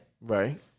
Right